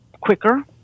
quicker